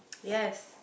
yes